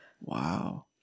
wow